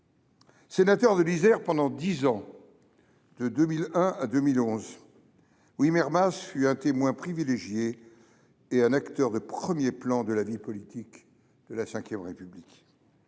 Sénateur de l’Isère pendant dix ans, de 2001 à 2011, Louis Mermaz fut un témoin privilégié et un acteur de premier plan de la vie politique de la V République.